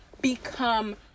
become